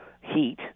heat